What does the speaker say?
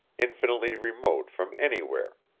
infinitely remote from anywhere,